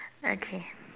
okay